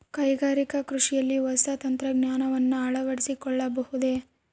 ಕೈಗಾರಿಕಾ ಕೃಷಿಯಲ್ಲಿ ಹೊಸ ತಂತ್ರಜ್ಞಾನವನ್ನ ಅಳವಡಿಸಿಕೊಳ್ಳಬಹುದೇ?